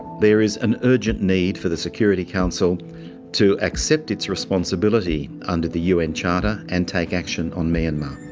there is an urgent need for the security council to accept its responsibility under the un charter and take action on myanmar.